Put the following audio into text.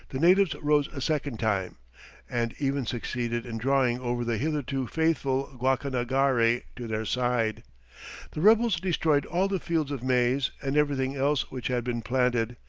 the natives rose a second time and even succeeded in drawing over the hitherto faithful guacanagari to their side the rebels destroyed all the fields of maize, and everything else which had been planted,